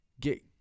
get